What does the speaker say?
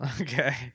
Okay